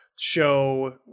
show